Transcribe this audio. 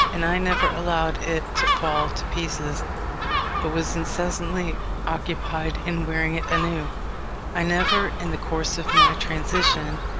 and i never allowed it to fall to pieces, but was incessantly occupied in weaving it anew. i never, in the course of my transition,